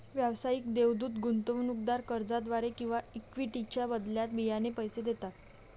व्यावसायिक देवदूत गुंतवणूकदार कर्जाद्वारे किंवा इक्विटीच्या बदल्यात बियाणे पैसे देतात